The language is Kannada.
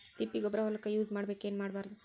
ತಿಪ್ಪಿಗೊಬ್ಬರ ಹೊಲಕ ಯೂಸ್ ಮಾಡಬೇಕೆನ್ ಮಾಡಬಾರದು?